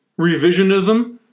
revisionism